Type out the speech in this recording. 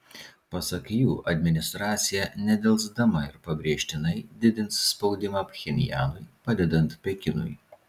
pasak jų administracija nedelsdama ir pabrėžtinai didins spaudimą pchenjanui padedant pekinui